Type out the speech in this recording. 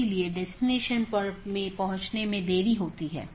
इसलिए उन्हें सीधे जुड़े होने की आवश्यकता नहीं है